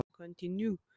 continue